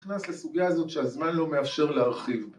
נכנס לסוגיה הזאת שהזמן לא מאפשר להרחיב